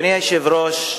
אדוני היושב-ראש,